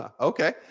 Okay